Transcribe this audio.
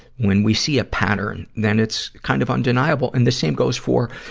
when we see a pattern, then it's kind of undeniable. and the same goes for,